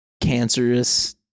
cancerous